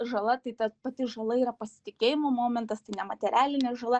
žala tai ta pati žala yra pasitikėjimo momentas tai nematerialinė žala